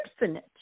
infinite